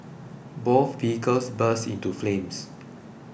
both vehicles burst into flames